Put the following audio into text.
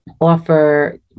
offer